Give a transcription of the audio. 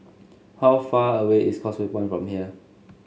how far away is Causeway Point from here